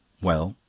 well?